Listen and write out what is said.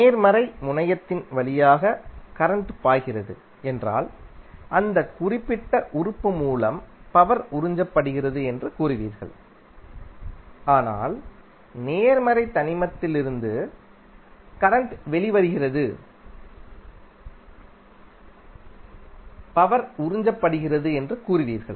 நேர்மறை முனையத்தின் வழியாக கரண்ட் பாய்கிறது என்றால் அந்த குறிப்பிட்ட உறுப்பு மூலம் பவர் உறிஞ்சப்படுகிறது என்று கூறுவீர்கள்